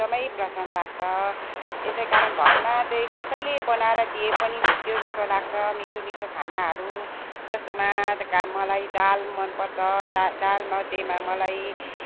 एकदमै पसन्द लाग्छ यसै कारण घरमा चाहिँ कसैले बनाएर दिए पनि हुन्थ्यो जस्तो लाग्छ मिठो मिठो खानाहरू जस्तोमा मलाई दाल मनपर्छ र दालमध्येमा मलाई